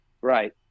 Right